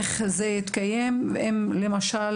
אם למשל